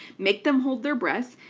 make them hold their breath,